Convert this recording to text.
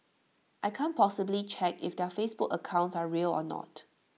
I can't possibly check if their Facebook accounts are real or not